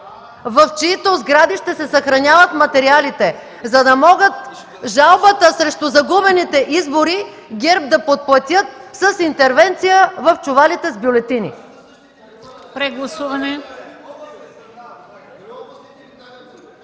в чиито сгради ще се съхраняват материалите, за да могат жалбите срещу загубените избори ГЕРБ да подплатят с интервенция върху чувалите с бюлетини. (Шум